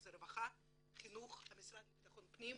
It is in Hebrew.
רווחה, חינוך, המשרד לביטחון הפנים,